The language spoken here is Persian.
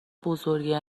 بزرگه